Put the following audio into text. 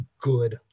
good